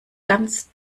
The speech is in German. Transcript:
ganz